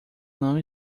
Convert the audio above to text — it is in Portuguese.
não